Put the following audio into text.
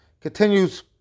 continues